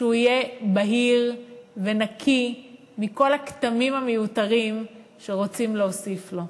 שהוא יהיה בהיר ונקי מכל הכתמים המיותרים שרוצים להוסיף לו.